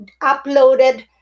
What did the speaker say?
uploaded